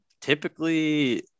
typically